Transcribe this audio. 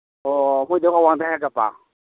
ꯑꯣ ꯑꯩꯈꯣꯏꯗꯩ ꯑꯋꯥꯡꯗꯩ ꯍꯥꯏꯒꯠꯄ